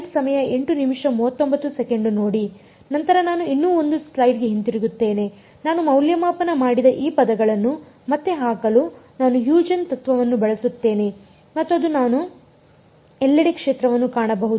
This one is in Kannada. ನಂತರ ನಾನು ಇನ್ನೂ 1 ಸ್ಲೈಡ್ಗೆ ಹಿಂತಿರುಗುತ್ತೇನೆ ನಾನು ಮೌಲ್ಯಮಾಪನ ಮಾಡಿದ ಈ ಪದಗಳನ್ನು ಮತ್ತೆ ಹಾಕಲು ನಾನು ಹ್ಯೂಜೆನ್ಸ್ ತತ್ವವನ್ನು ಬಳಸುತ್ತೇನೆ ಮತ್ತು ನಾನು ಎಲ್ಲೆಡೆ ಕ್ಷೇತ್ರವನ್ನು ಕಾಣಬಹುದು